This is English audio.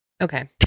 Okay